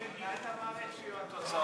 מתי אתה מעריך שיהיו התוצאות?